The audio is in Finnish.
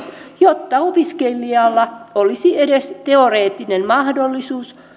jotta opiskelijalla olisi edes teoreettinen mahdollisuus